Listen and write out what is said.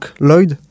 Lloyd